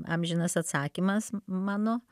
amžinas atsakymas mano